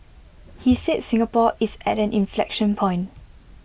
he said Singapore is at an inflection point